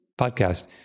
podcast